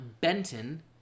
Benton